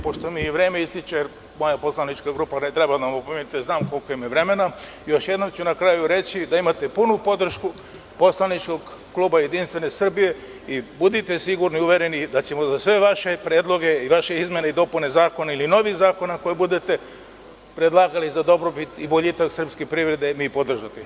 Pošto mi i vreme ističe, ne morate da me opominjete znam koliko imam vremena, još jednom ću na kraju reći da imate punu podršku poslaničkog kluba JS i budite sigurni i uvereni da ćemo za sve vaše predloge i vaše izmene i dopune zakona ili novih zakona kojih budete predlagali za dobrobit boljitak srpske privrede mi podržati.